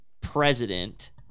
president